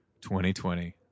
2020